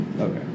okay